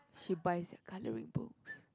she buys their colouring books